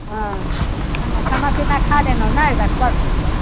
हँ खाना पीना खा लेलहुँ ने राखू बड़ सुंदर